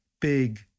big